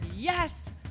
Yes